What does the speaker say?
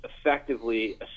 effectively